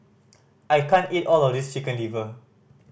I can't eat all of this Chicken Liver